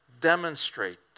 demonstrate